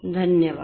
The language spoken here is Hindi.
धन्यवाद